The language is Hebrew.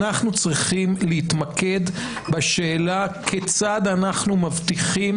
אנחנו צריכים להתמקד בשאלה כיצד אנחנו מבטיחים